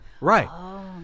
right